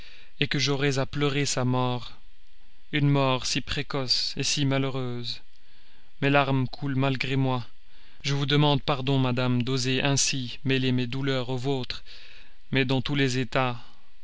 expirerait que j'aurais à pleurer sa mort une mort si précoce si malheureuse mes larmes coulent malgré moi je vous demande pardon madame d'oser mêler ainsi mes douleurs aux vôtres mais dans tous les états